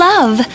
Love